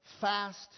fast